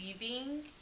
leaving